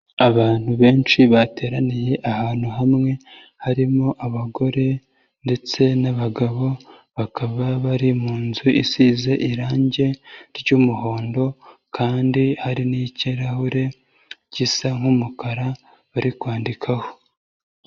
Abantu benshi bateraniye ahantu hamwe harimo abagore ndetse n'abagabo, bakaba bari mu nzu isize irangi ry'umuhondo kandi hari n'ikirahure gisa nk'umukara bari kwandikaho.